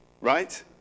right